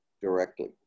directly